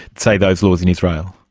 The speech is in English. say, those laws in israel.